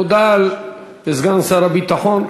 תודה לסגן שר הביטחון.